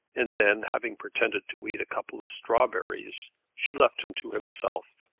and then having pretended to eat a couple of strawberries she left him to himself.